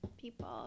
people